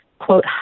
quote